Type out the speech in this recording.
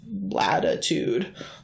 latitude